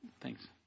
Thanks